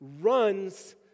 runs